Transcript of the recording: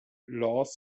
law